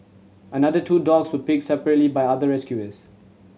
another two dogs were picked separately by other rescuers